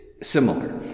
Similar